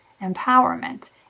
empowerment